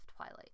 Twilight